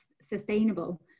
sustainable